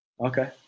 Okay